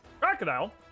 Crocodile